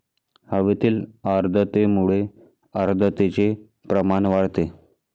हवेतील आर्द्रतेमुळे आर्द्रतेचे प्रमाण वाढते